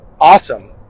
awesome